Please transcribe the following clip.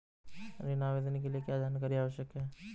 ऋण आवेदन के लिए क्या जानकारी आवश्यक है?